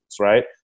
right